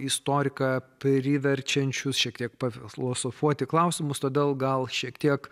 istoriką priverčiančius šiek tiek pafilosofuoti klausimus todėl gal šiek tiek